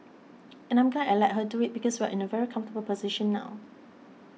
and I'm glad I let her do it because we're in a very comfortable position now